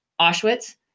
Auschwitz